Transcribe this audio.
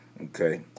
Okay